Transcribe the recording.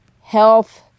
health